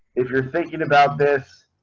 if you're thinking about this.